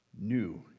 new